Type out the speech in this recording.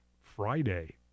Friday